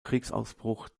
kriegsausbruch